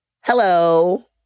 Hello